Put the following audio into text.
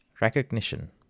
recognition